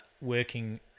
working